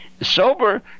sober